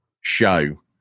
show